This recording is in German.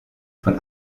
von